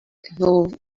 evolve